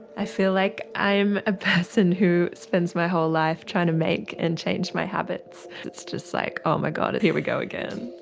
i feel like i'm a person who spends my whole life trying to make and change my habits. it's just like, oh my god, here we go again.